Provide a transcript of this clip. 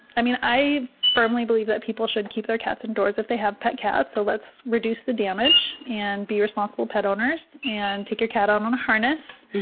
i mean, i firmly believe that people should keep their cats indoors if they have pet cats. so let's reduce the damage, and be responsible pet owners, and take your cat out um on a harness,